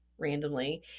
randomly